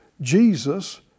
Jesus